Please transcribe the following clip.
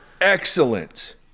excellent